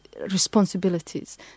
responsibilities